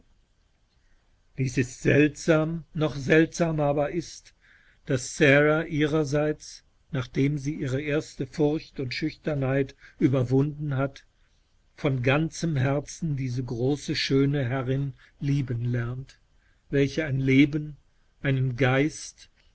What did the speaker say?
seltsam noch seltsamer aber ist daß sara ihrerseits nachdem sie ihre erste furcht und schüchternheitüberwundenhat vonganzemherzendiesegroße schöneherrinlieben lernt welche ein leben einen geist